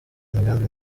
imigambi